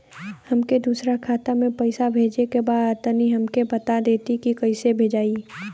हमके दूसरा खाता में पैसा भेजे के बा तनि हमके बता देती की कइसे भेजाई?